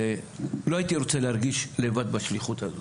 לא הייתי רוצה להרגיש לבד בשליחות הזאת